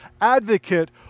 advocate